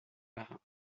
marins